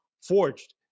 forged